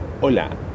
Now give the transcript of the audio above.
hola